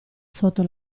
sotto